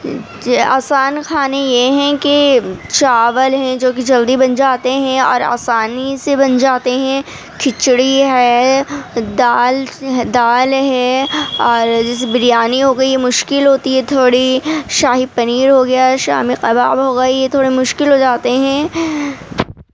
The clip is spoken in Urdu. آسان کھانے یہ ہیں کہ چاول ہیں جو کہ جلدی بن جاتے ہیں اور آسانی سے بن جاتے ہیں کھچڑی ہے دال دال ہے اور جیسے بریانی ہوگئی مشکل ہوتی ہے تھوڑی شاہی پنیر ہوگیا شامی کباب ہوگئے یہ تھوڑے مشکل ہوجاتے ہیں